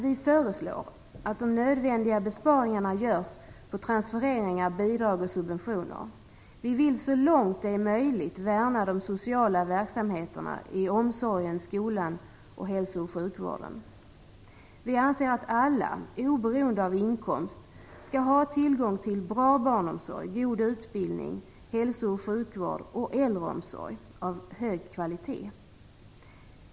Vi föreslår att de nödvändiga besparingarna görs på transfereringar, bidrag och subventioner. Vi vill så långt det är möjligt värna de sociala verksamheterna i omsorgen, skolan och hälso och sjukvården. Vi anser att alla, oberoende av inkomst, skall ha tillgång till bra barnomsorg, god utbildning, hälsooch sjukvård och äldreomsorg av hög kvalitet.